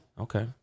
Okay